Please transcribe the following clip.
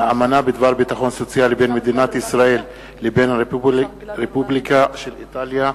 האמנה בדבר ביטחון סוציאלי בין מדינת ישראל לבין הרפובליקה של איטליה,